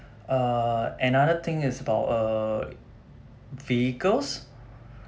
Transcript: uh another thing is about uh vehicles